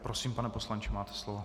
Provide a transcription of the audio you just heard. Prosím, pane poslanče, máte slovo.